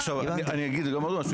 עכשיו אני אגיד גם עוד משהו.